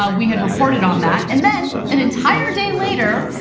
ah we had reported on that. and then an entire day later,